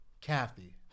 Kathy